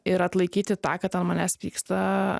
ir atlaikyti tą kad ant manęs pyksta